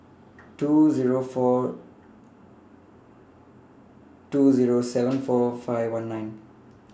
two four two seven four five one nine